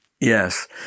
Yes